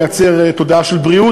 לייצר תודעה של בריאות,